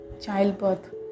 childbirth